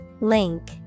Link